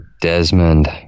Desmond